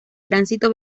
tránsito